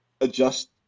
adjust